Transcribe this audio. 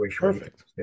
Perfect